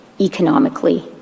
economically